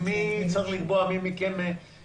מי צריך לקבוע מי מכם שולח נציג?